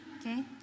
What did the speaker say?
okay